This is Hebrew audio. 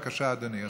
בבקשה, אדוני השר.